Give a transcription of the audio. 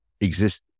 exist